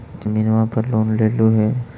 जमीनवा पर लोन लेलहु हे?